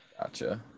Gotcha